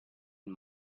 and